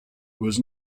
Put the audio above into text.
was